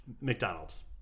McDonald's